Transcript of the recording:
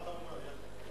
מה אתה אומר, יעקב?